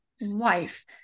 wife